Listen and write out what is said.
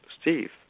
Steve